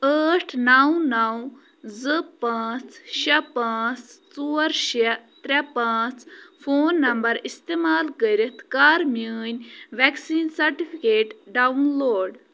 ٲٹھ نَو نَو زٕ پانٛژھ شےٚ پانٛژھ ژور شےٚ ترٛےٚ پانٛژھ فون نمبر اِستعمال کٔرِتھ کَر میٛٲنۍ وٮ۪کسیٖن سرٹِفکیٹ ڈاوُن لوڈ